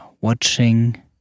watching